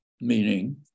meaning